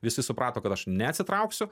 visi suprato kad aš nesitrauksiu